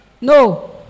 No